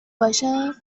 باشم